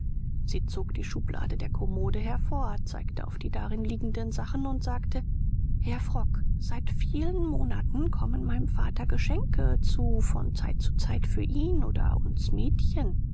sie zog die schublade der kommode hervor zeigte auf die darin liegenden sachen und sagte herr frock seit vielen monaten kommen meinem vater geschenke zu von zeit zu zeit für ihn oder uns mädchen